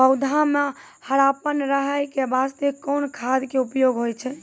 पौधा म हरापन रहै के बास्ते कोन खाद के उपयोग होय छै?